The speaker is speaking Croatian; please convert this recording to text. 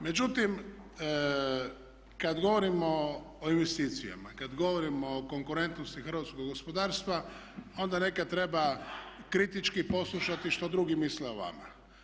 Međutim, kad govorimo o investicijama i kad govorimo o konkurentnosti hrvatskog gospodarstva onda nekad treba kritički poslušati što drugi misle o vama.